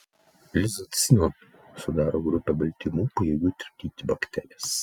lizocimą sudaro grupė baltymų pajėgių tirpdyti bakterijas